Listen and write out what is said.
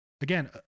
Again